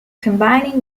combining